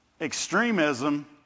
extremism